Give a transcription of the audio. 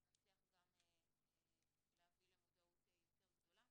אז נצליח גם להביא למודעות יותר גדולה.